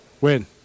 Win